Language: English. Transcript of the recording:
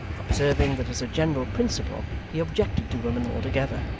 observing that as a general principle he objected to women altogether,